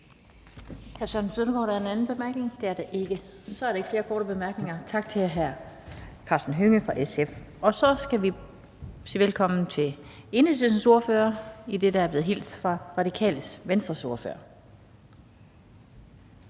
Søren Søndergaard en anden kort bemærkning? Det gør han ikke. Så er der ikke flere korte bemærkninger. Tak til hr. Karsten Hønge fra SF. Og så skal vi sige velkommen til Enhedslistens ordfører, idet der er blevet hilst fra Radikale Venstres ordfører.